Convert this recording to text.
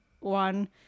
one